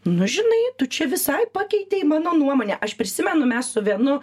nu žinai tu čia visai pakeitei mano nuomonę aš prisimenu mes su vienu